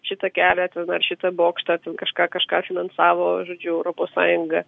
šitą kelią ten ar šitą bokštą ten kažką kažką finansavo žodžiu europos sąjunga